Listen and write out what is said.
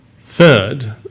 Third